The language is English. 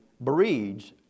breeds